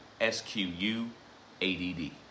S-Q-U-A-D-D